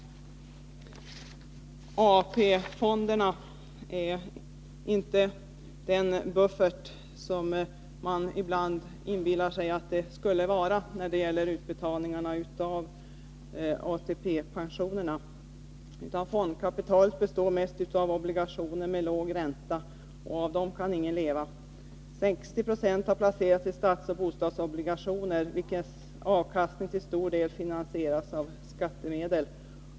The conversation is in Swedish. AP-fonderna är inte den buffert som man ibland inbillar sig att de skulle vara när det gäller utbetalningarna av ATP-pensionerna. ”Fondkapitalet består mest av obligationer, med låg ränta. Dem kan ingen leva av. 60 procent har placerats i statsoch bostadsobligationer, vilkas ”avkastning” ” till stor del finansieras av skattemedel.